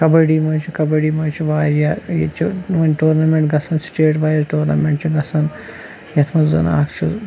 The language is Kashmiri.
کَبڈی منٛز چھِ کَبڈی منٛز چھِ واریاہ ییٚتہِ چھِ ٹورنامینٛٹ گَژھان سِٹیٚٹ وایِز ٹورنامینٛٹ چھِ گَژھان یَتھ منٛز زَن اَکھ چھُ